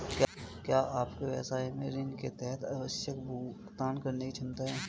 क्या आपके व्यवसाय में ऋण के तहत आवश्यक भुगतान करने की क्षमता है?